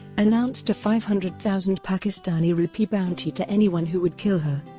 announced a five hundred thousand pakistani rupee bounty to anyone who would kill her.